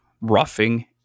roughing